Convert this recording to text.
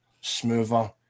smoother